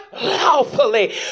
lawfully